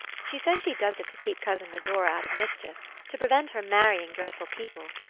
she says she does it to keep cousin medora out of mischief to prevent her marrying dreadful people.